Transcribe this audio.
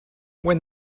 when